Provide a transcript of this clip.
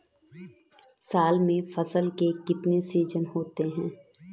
साल में फसल के कितने सीजन होते हैं?